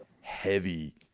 heavy